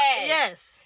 Yes